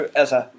altså